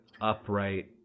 upright